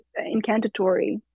incantatory